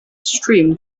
stream